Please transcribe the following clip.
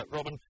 Robin